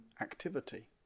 activity